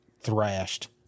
thrashed